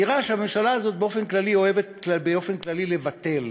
נראה שהממשלה אוהבת באופן כללי לבטל,